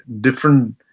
different